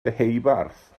deheubarth